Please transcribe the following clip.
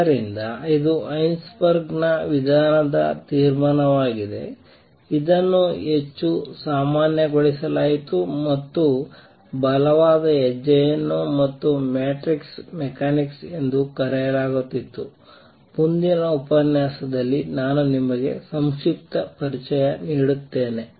ಆದ್ದರಿಂದ ಇದು ಹೈಸೆನ್ಬರ್ಗ್ ನ ವಿಧಾನದ ತೀರ್ಮಾನವಾಗಿದೆ ಇದನ್ನು ಹೆಚ್ಚು ಸಾಮಾನ್ಯಗೊಳಿಸಲಾಯಿತು ಮತ್ತು ಬಲವಾದ ಹೆಜ್ಜೆಯನ್ನು ಮತ್ತು ಮ್ಯಾಟ್ರಿಕ್ಸ್ ಮೆಕ್ಯಾನಿಕ್ಸ್ ಎಂದು ಕರೆಯಲಾಗುತ್ತಿತ್ತು ಮುಂದಿನ ಉಪನ್ಯಾಸದಲ್ಲಿ ನಾನು ನಿಮಗೆ ಸಂಕ್ಷಿಪ್ತ ಪರಿಚಯವನ್ನು ನೀಡುತ್ತೇನೆ